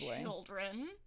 children